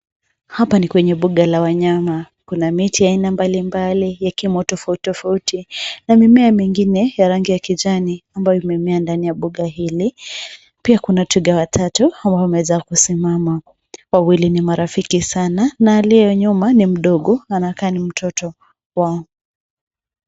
Hapa ni kwenye mbuga la wanyama, kuna miti ya aina mbalimbali ya kimo tofauti, tofauti, na mimea mingine ya rangi ya kijani ambayo imemea ndani ya mbuga hili. Pia kuna twiga watatu wameweza kusimama. Wawili ni marafiki sana na aliye nyuma ni mdogo anakaa ni mtoto wao